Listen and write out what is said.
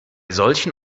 solchen